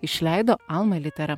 išleido alma litera